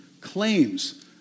claims